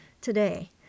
today